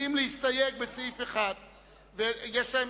מציעים להסתייג בסעיף 1. יש להם